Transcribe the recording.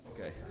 Okay